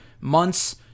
months